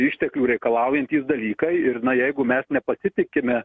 išteklių reikalaujantys dalykai ir na jeigu mes nepasitikime